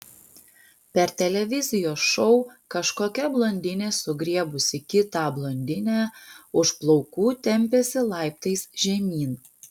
per televizijos šou kažkokia blondinė sugriebusi kitą blondinę už plaukų tempėsi laiptais žemyn